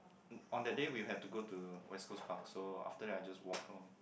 on the day we have to go to West-Coast-Park so after that I just walk home